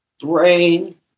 brain